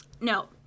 No